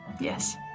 Yes